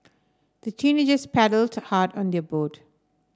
the teenagers paddled hard on their boat